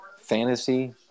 fantasy